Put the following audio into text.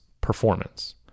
performance